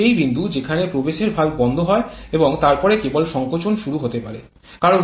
এটি সেই বিন্দু যেখানে প্রবেশের ভালভ বন্ধ হয় এবং তারপরে কেবল সংকোচন শুরু হতে পারে